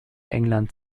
englands